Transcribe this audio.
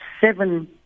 seven